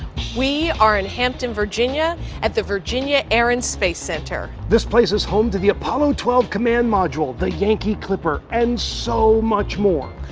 we are in hampton, virginia, at the virginia air and space center. this place is home to the apollo twelve command module, the yankee clipper, and so much more.